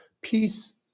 Peace